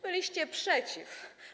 Byliście przeciw.